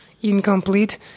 incomplete